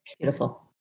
Beautiful